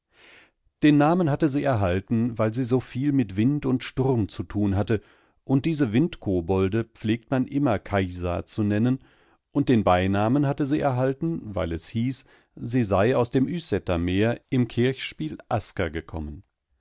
den namen hatte sie erhalten weil sie soviel mit wind und sturm zu tun hatte und diese windkobolde pflegt man immer kajsa zu nennen und den beinamen hatte sie erhalten weil es hieß sie sei aus dem ysätter meer im kirchspielaskergekommen